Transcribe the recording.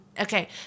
okay